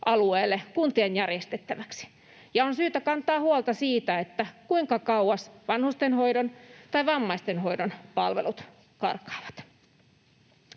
kuntien järjestettäväksi, ja on syytä kantaa huolta siitä, kuinka kauas vanhustenhoidon tai vammaistenhoidon palvelut karkaavat.